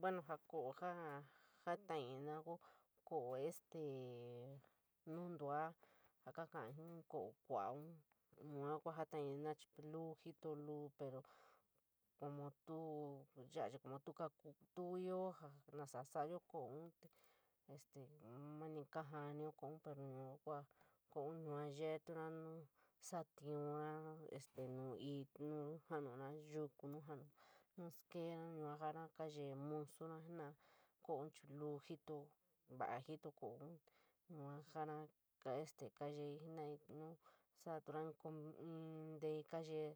Bueno, kolo jaa sañaina kou kolo este nunduu jaa ka kolo sii kou kuoun yua tuu kayeatina chií lusuñito lulu pero como tuo ya chi cono, tuo ioo ña ñasa saayo koloun te este nunu kefaniíu koloun pero yua kuu keo yua kuu yeetora, nu satiione nu ñuu jalonnaa yuku, nu fanui skeera yua jaañaa kayeé musora jenara, keoo jiiñ lulu jito. Vala iñio koloun yuu jara este kayeii jenarú, nu solóru in ñii jen keeyo,